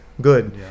good